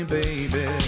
baby